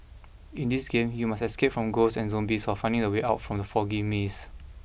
in this game you must escape from ghosts and zombies while finding the way out from the foggy maze